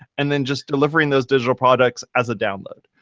and then just delivering those digital products as a download.